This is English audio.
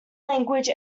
language